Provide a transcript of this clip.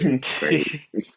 Crazy